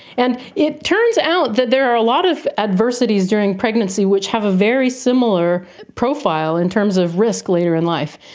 and it turns out that there are a lot of adversities during pregnancy which have a very similar profile in terms of risk later in life.